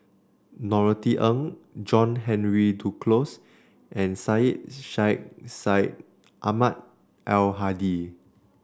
Norothy Ng John Henry Duclos and Syed Sheikh Syed Ahmad Al Hadi